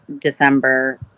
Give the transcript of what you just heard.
December